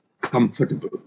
comfortable